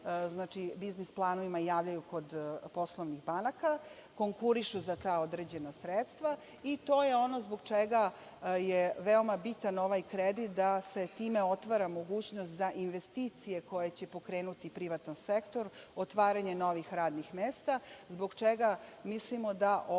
svojim biznis planovima javljaju kod poslovnih banaka, konkurišu za ta određena sredstva i to je ono zbog čega je veoma bitan ovaj kredit, da se time otvara mogućnost za investicije koje će pokrenuti privatan sektor, otvaranje novih radnih mesta, zbog čega mislimo da ova